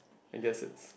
I guess